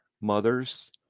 mothers